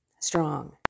strong